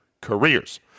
careers